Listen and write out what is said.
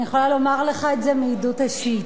אני יכולה לומר לך את זה מעדות אישית.